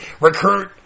recruit